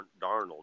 Darnold